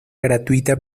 gratuita